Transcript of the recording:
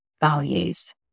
values